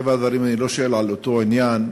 מטבע הדברים אני לא שואל על אותו עניין,